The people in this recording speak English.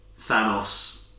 Thanos